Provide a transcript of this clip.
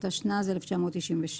התשנ"ז-1997,